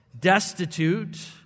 destitute